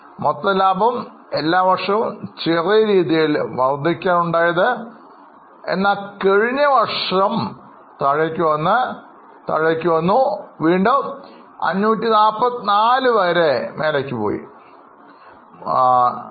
മൊത്ത ലാഭം എല്ലാവർഷവും ചെറിയ രീതിയിൽ വർധിക്കുകയാണുണ്ടായത് എന്നാൽ കഴിഞ്ഞ വർഷം കുറയുകയും വീണ്ടും 544 വരെ ഉയരുകയും ചെയ്തു